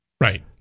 Right